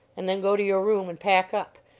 and then go to your room and pack up.